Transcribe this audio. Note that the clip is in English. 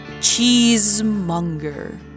Cheesemonger